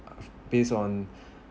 based on